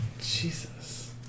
Jesus